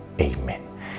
Amen